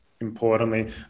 importantly